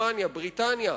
בריטניה,